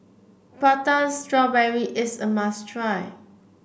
Prata Strawberry is a must try